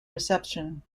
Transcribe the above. reception